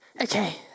Okay